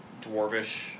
Dwarvish